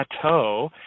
plateau